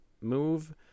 move